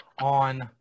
on